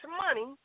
money